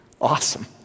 Awesome